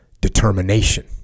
determination